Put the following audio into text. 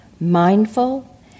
mindful